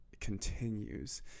continues